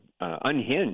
unhinged